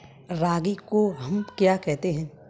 रागी को हम क्या कहते हैं?